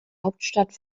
hauptstadt